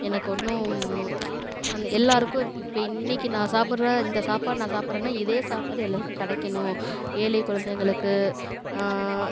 எனக்கு ஒன்றும் அந்த எல்லாருக்கும் இப்போ இன்னைக்கு நான் சாப்பிட்ற இந்த சாப்பாடு நான் சாப்பிட்றேன்னா இதே சாப்பாடு எல்லாருக்கும் கிடைக்கணும் ஏழைக்குலந்தைங்களுக்கு